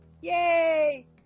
Yay